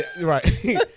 Right